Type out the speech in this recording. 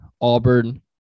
Auburn